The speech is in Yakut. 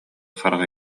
хараҕа